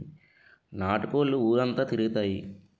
నాటు కోళ్లు ఊరంతా తిరుగుతాయి